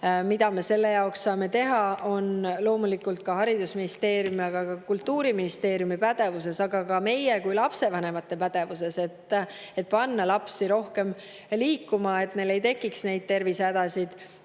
Mida me selle jaoks saame teha, on haridusministeeriumi ja Kultuuriministeeriumi pädevuses, aga ka meie kui lapsevanemate pädevuses, et panna lapsi rohkem liikuma, et neil ei tekiks tervisehädasid,